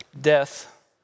Death